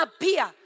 appear